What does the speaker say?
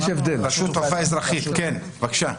התשפ"ב 2022 רשות התעופה האזרחית, בבקשה.